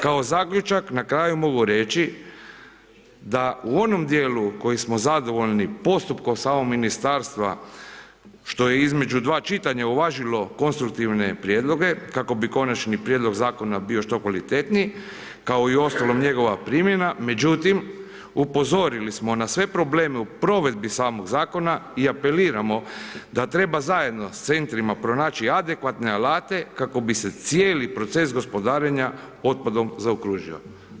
Kao zaključak na kraju mogu reći da u onom dijelu kojim smo zadovoljni postupkom samog ministarstvo, što je između dva čitanja uvažilo konstruktivne prijedloge kako bi konačnije prijedlog zakona bio što kvalitetniji, kao i uostalom njegova primjena, međutim upozorili smo na sve probleme u provedbi samog zakona i apeliramo da treba zajedno s centrima pronaći adekvatne alate kako bi se cijeli proces gospodarenja otpadom zaokružila.